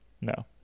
no